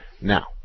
now